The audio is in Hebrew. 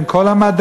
עם כל המדענים,